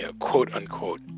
quote-unquote